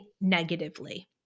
negatively